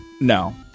No